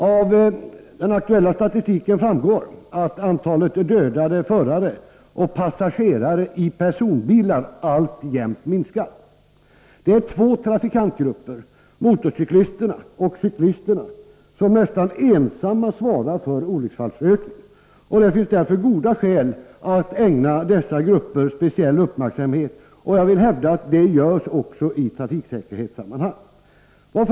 Av den aktuella statistiken framgår att antalet dödade förare och passagerare i personbilar alltjämt minskar. Det är två trafikantgrupper — motorcyklisterna och cyklisterna — som nästan ensamma svarar för olycksfallsökningen. Det finns därför goda skäl att ägna dessa grupper speciell uppmärksamhet, och jag vill hävda att det också görs i trafiksäkerhetssam Nr 36 manhang.